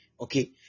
Okay